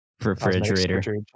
refrigerator